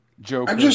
Joker